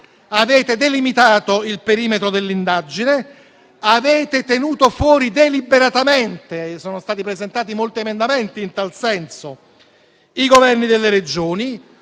Avete delimitato il perimetro dell'indagine e avete tenuto fuori deliberatamente - sono stati presentati molti emendamenti in tal senso - i Governi delle Regioni.